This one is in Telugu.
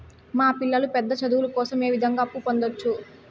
మా పిల్లలు పెద్ద చదువులు కోసం ఏ విధంగా అప్పు పొందొచ్చు?